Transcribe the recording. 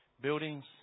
buildings